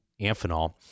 Amphenol